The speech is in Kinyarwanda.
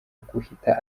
guhita